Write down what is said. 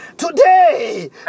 Today